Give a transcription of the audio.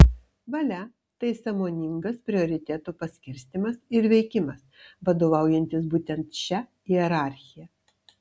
valia tai sąmoningas prioritetų paskirstymas ir veikimas vadovaujantis būtent šia hierarchija